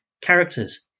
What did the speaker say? characters